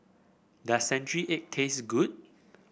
does Century Egg taste good